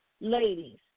ladies